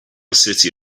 city